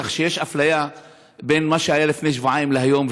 כך שיש אפליה בין מה שהיה לפני שבועיים להיום,